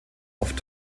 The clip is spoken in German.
oft